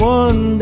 one